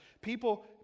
people